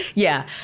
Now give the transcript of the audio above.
yeah.